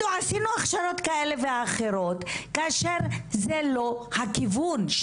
עשינו הכשרות כאלה ואחרות כאשר זה לא הכיוון.